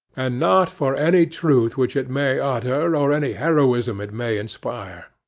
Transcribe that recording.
and not for any truth which it may utter, or any heroism it may inspire.